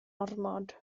ormod